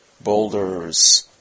boulders